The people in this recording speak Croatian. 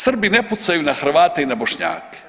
Srbi ne pucaju na Hrvate i na Bošnjake.